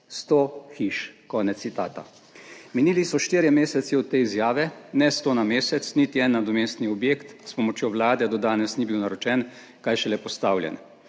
Sto hiš. Minili so štirje meseci od te izjave, ne sto na mesec, niti en nadomestni objekt s pomočjo vlade do danes ni bil naročen, kaj šele postavljen.